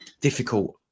difficult